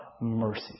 mercy